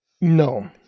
No